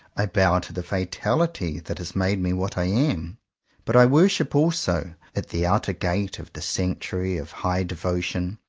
i bow to the fatality that has made me what i am but i worship also, at the outer gate of the sanctuary of high devotion,